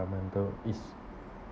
~ronmental is